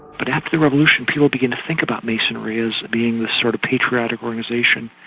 but after the revolution people begin to think about masonry as being the sort of patriotic organisation,